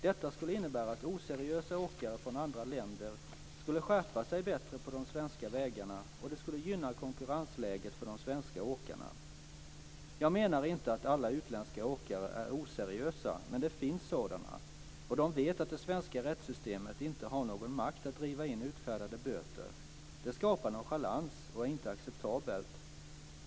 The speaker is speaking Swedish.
Detta skulle innebära att oseriösa åkare från andra länder skärpte sig bättre på de svenska vägarna, och det skulle gynna konkurrensläget för de svenska åkarna. Jag menar inte att alla utländska åkare är oseriösa, men det finns sådana, och de vet att det svenska rättssystemet inte har någon makt att driva in utfärdade böter. Det skapar nonchalans, och det är inte acceptabelt.